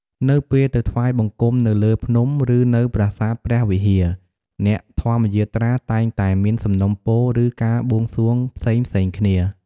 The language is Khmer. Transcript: នៅពេលទៅថ្វាយបង្គំនៅលើភ្នំ ឬនៅប្រាសាទព្រះវិហារ អ្នកធម្មយាត្រាតែងតែមាន សំណូមពរ ឬ ការបួងសួង ផ្សេងៗគ្នា។